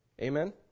Amen